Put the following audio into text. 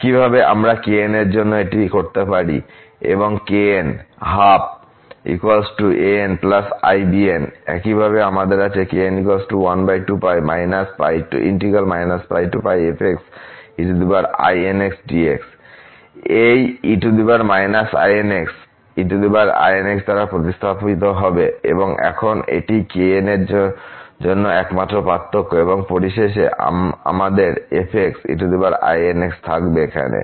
একইভাবে আমরা kn এর জন্য এটি করতে পারি এবং kn12ani bn একইভাবে আমাদের আছে এই e−inx einx দ্বারা প্রতিস্থাপিত হবে এখন এটিই kn এর জন্যএকমাত্র পার্থক্য এবং পরিশেষে আমাদের f einx থাকবে এখানে